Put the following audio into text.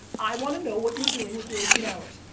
i want to know what you're doing with your eighteen hours.